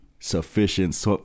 Sufficient